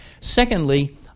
Secondly